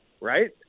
right